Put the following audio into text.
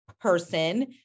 person